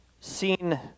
seen